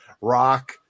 Rock